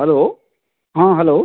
hello ହଁ hello